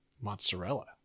mozzarella